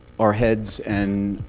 our heads and